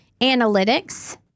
analytics